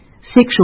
sexual